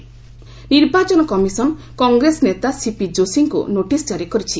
CP Joshi ନିର୍ବାଚନ commission Congress ନେତା C P ଯୋଶୀଙ୍କୁ ନୋଟିସ୍ ଜାରି କରିଛି